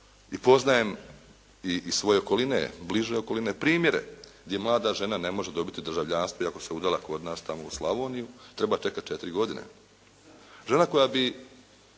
i poznajem iz svoje okoline, bliže okoline primjere, gdje mlada žena ne može dobiti državljanstvo iako se udala kod nas tamo u Slavoniju. Treba čekati 4 godine. Žena koja bi